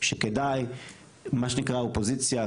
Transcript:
מה שנקרא אופוזיציה,